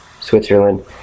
Switzerland